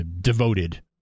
devoted